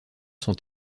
sont